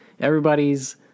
everybody's